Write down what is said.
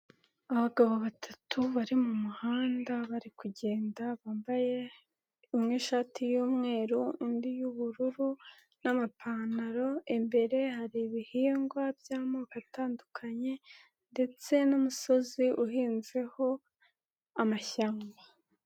Abagabo batatu bari mu muhanda bari kugenda bambaye umwe ishati y'umweru, undi y'ubururu n'amapantaro, imbere hari ibihingwa by'amoko atandukanye ndetse n'umusozi uhinzeho amashyamba.